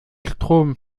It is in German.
strom